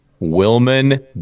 Wilman